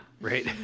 right